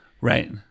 Right